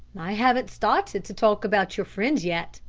i haven't started to talk about your friends yet,